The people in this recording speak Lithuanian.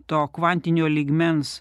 to kvantinio lygmens